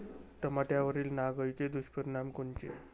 टमाट्यावरील नाग अळीचे दुष्परिणाम कोनचे?